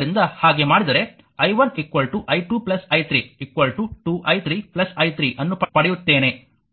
ಆದ್ದರಿಂದ ಹಾಗೆ ಮಾಡಿದರೆ i 1 i2 i 3 2 i 3 i 3 ಅನ್ನು ಪಡೆಯುತ್ತೇನೆ